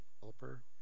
developer